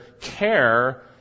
care